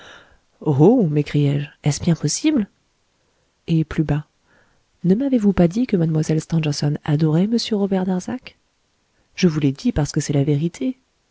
oh m'écriai-je est-ce bien possible et plus bas ne m'avez-vous pas dit que mlle stangerson adorait m robert darzac je vous l'ai dit parce que c'est la vérité